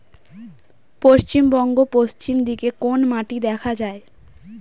পশ্চিমবঙ্গ পশ্চিম দিকে কোন মাটি দেখা যায়?